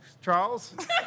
Charles